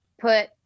put